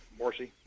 Morsi